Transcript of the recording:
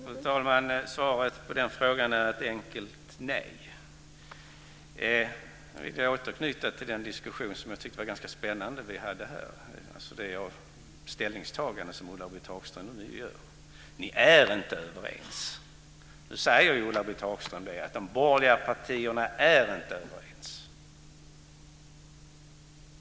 Fru talman! Svaret på den frågan är ett enkelt nej. Jag vill återknyta till den diskussion som vi förde här och som jag tyckte var ganska spännande, dvs. diskussionen om det ställningstagande som Ulla-Britt Hagström nu gör. Ni är inte överens! Nu säger ju Ulla-Britt Hagström att de borgerliga partierna inte är överens.